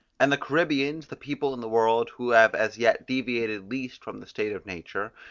and the caribbeans, the people in the world who have as yet deviated least from the state of nature,